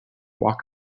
walk